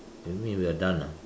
you mean we are done ah